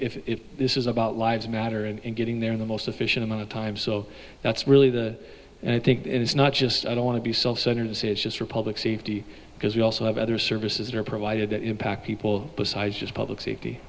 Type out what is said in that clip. so if this is about lives matter and getting there in the most efficient amount of time so that's really the i think it is not just i don't want to be self centered to say it's just for public safety because we also have other services are provided that impact people besides just public safety